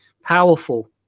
powerful